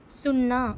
సున్నా